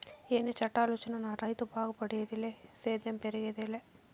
ఎన్ని చట్టాలొచ్చినా నా రైతు బాగుపడేదిలే సేద్యం పెరిగేదెలా